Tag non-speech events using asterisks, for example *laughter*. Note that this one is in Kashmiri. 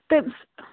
*unintelligible*